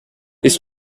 his